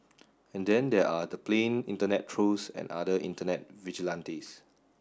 and then there are the plain internet trolls and other internet vigilantes